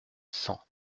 cent